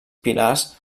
pilars